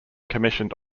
commissioned